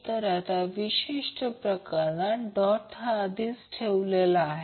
तर आता अशा विशिष्ट प्रकरणात डॉट हा आधीच ठेवलेला आहे